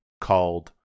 called